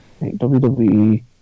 WWE